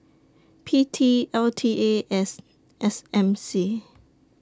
P T L T A S S M C